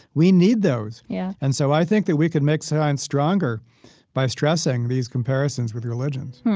we need those. yeah and so i think that we could make science stronger by stressing these comparisons with religions.